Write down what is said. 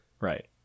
right